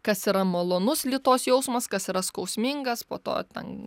kas yra malonus lytos jausmas kas yra skausmingas po to ten